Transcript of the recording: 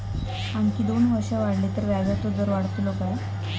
आणखी दोन वर्षा वाढली तर व्याजाचो दर वाढतलो काय?